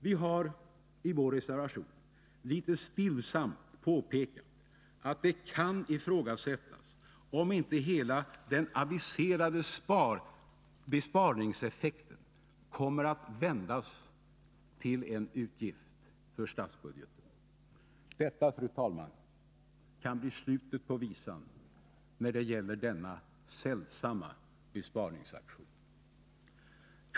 Vi har i vår reservation litet stillsamt påpekat att det kan ifrågasättas om inte hela den aviserade besparingseffekten kommer att vändas till en utgift för statsbudgeten. Detta, fru talman, kan bli slutet på visan när det gäller denna sällsamma besparingsaktion.